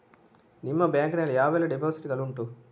ನಿಮ್ಮ ಬ್ಯಾಂಕ್ ನಲ್ಲಿ ಯಾವೆಲ್ಲ ಡೆಪೋಸಿಟ್ ಗಳು ಉಂಟು?